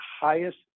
highest